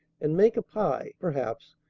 and make a pie, perhaps,